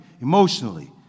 emotionally